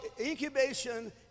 incubation